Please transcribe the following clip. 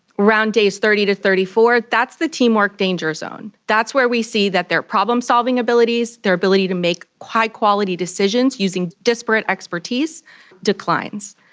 around days thirty to thirty four, that's the teamwork danger zone, that's where we see that their problem-solving abilities, their ability to make high-quality decisions using disparate expertise declines.